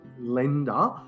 lender